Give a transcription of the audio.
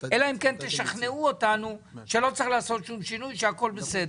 אלא אם כן תשכנעו אותנו שלא צריך לעשות שום שינוי והכל בסדר.